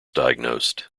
diagnosed